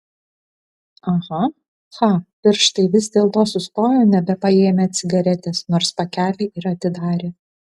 aha cha pirštai vis dėlto sustojo nebepaėmę cigaretės nors pakelį ir atidarė